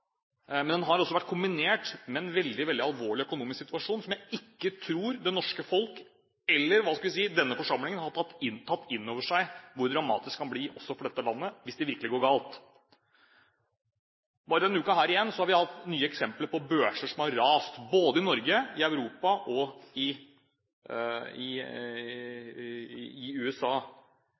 Men den har også vært kombinert med en veldig alvorlig økonomisk situasjon. Jeg tror ikke det norske folk eller – hva skal jeg si – denne forsamlingen har tatt inn over seg hvor dramatisk det kan bli for landet hvis det virkelig går galt. Bare i denne uken har vi hatt nye eksempler på børser som har rast – i Norge, i Europa og i USA. At børser raser, er ikke noe dramatisk i